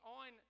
on